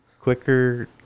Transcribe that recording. quicker